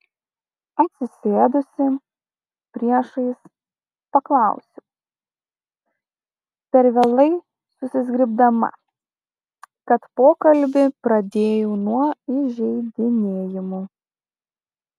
atsisėdusi priešais paklausiau per vėlai susizgribdama kad pokalbį pradėjau nuo įžeidinėjimų